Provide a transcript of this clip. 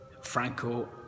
Franco